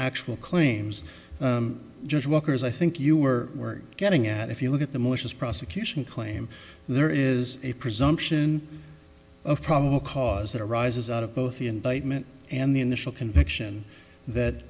actual claims judge walker's i think you were were getting at if you look at the malicious prosecution claim there is a presumption of probable cause that arises out of both the indictment and the initial conviction that